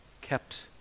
kept